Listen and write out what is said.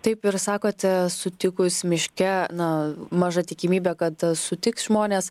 taip ir sakot sutikus miške na maža tikimybė kad sutiks žmonės